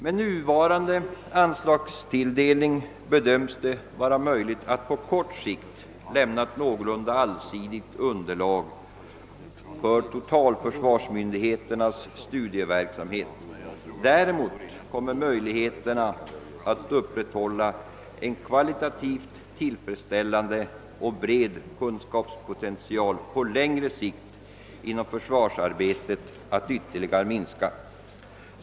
Med nuvarande anslagstilldelning bedöms det vara möjligt att på kort sikt lämna ett någorlunda allsidigt underlag för totalförsvarsmyndigheternas studieverksamhet. Däremot kommer möjligheterna att upprätthålla en kvalitativt tillfredsställande och bred kunskapspotential på längre sikt inom försvarsarbetet att ytterligare minska.